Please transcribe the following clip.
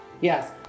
Yes